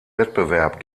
wettbewerb